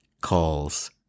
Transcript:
Calls